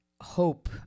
hope